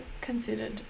considered